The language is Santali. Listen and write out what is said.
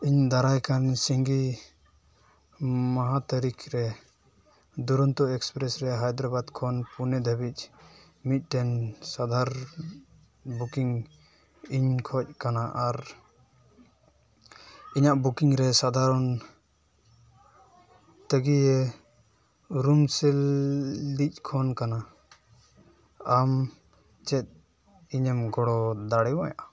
ᱤᱧ ᱫᱟᱨᱟᱭ ᱠᱟᱱ ᱥᱤᱸᱜᱤ ᱢᱟᱦᱟ ᱛᱟᱹᱨᱤᱠᱷ ᱨᱮ ᱫᱩᱨᱚᱱᱛᱚ ᱮᱠᱥᱯᱨᱮᱥ ᱨᱮ ᱦᱟᱭᱫᱨᱟᱵᱟᱫᱽ ᱠᱷᱚᱱ ᱯᱩᱱᱮ ᱫᱷᱟᱹᱵᱤᱡ ᱢᱤᱫᱴᱮᱱ ᱥᱟᱸᱜᱷᱟᱨ ᱵᱩᱠᱤᱝ ᱤᱧ ᱠᱷᱚᱡᱽ ᱠᱟᱱᱟ ᱟᱨ ᱤᱧᱟᱹᱜ ᱵᱩᱠᱤᱝ ᱨᱮ ᱥᱟᱫᱷᱟᱨᱚᱱ ᱛᱟᱜᱤᱭᱮ ᱨᱩᱢᱥᱮᱞᱮᱫᱤᱧ ᱠᱷᱚᱡ ᱠᱟᱱᱟ ᱟᱢ ᱪᱮᱫ ᱤᱧᱮᱢ ᱜᱚᱲᱚ ᱫᱟᱲᱮᱭᱟᱹᱧᱟ